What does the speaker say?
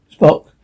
Spock